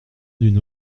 d’une